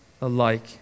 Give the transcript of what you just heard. alike